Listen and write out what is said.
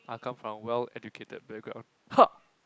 I come from a well educated background